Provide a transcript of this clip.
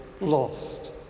lost